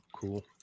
cool